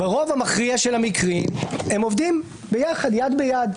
ברוב המכריע של המקרים הם עובדים יחד יד ביד,